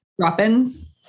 drop-ins